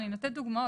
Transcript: אני נותנת דוגמאות,